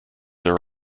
are